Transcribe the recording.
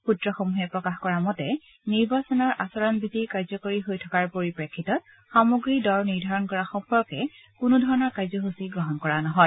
সূত্ৰসমূহে প্ৰকাশ কৰা মতে নিৰ্বাচনৰ আচৰণবিধি কাৰ্যকৰী হৈ থকাৰ পৰিপ্ৰেক্ষিতত সামগ্ৰীৰ দৰ নিৰ্ধাৰণ কৰাৰ সম্পৰ্কে কোনোধৰণৰ কাৰ্যসূচী গ্ৰহণ কৰা নহয়